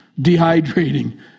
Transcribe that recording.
dehydrating